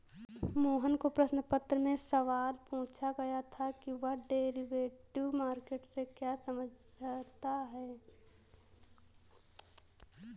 मोहन को प्रश्न पत्र में सवाल पूछा गया था कि वह डेरिवेटिव मार्केट से क्या समझता है?